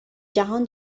جهان